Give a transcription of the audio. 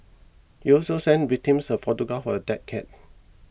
he also sent victims a photograph for a dead cat